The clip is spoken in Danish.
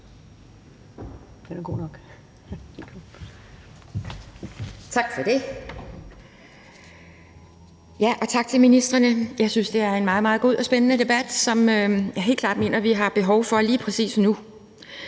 Tak for det. Tak til ministrene. Jeg synes, det er en meget, meget god og spændende debat, som jeg helt klart mener vi har behov for lige præcis nu.